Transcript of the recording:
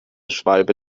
schwalbe